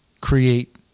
create